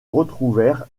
retrouvèrent